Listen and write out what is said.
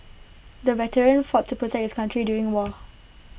the veteran fought to protect his country during war